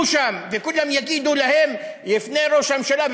שם וכולם יגידו להם לפני ראש הממשלה,